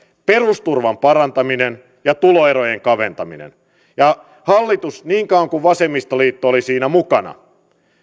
perusturvan parantaminen ja tuloerojen kaventaminen ja hallitus niin kauan kuin vasemmistoliitto oli siinä mukana